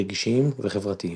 רגשיים וחברתיים.